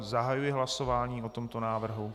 Zahajuji hlasování o tomto návrhu.